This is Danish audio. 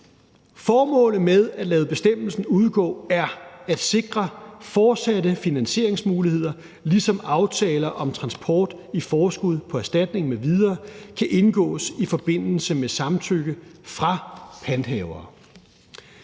Formålet med at lade bestemmelsen udgå er at sikre fortsatte finansieringsmuligheder, ligesom aftaler om transport i forskud for erstatning m.v. kan indgås i forbindelse med samtykke fra panthavere.